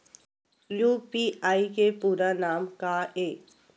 UPI के पूरा नाम का ये?